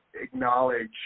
acknowledge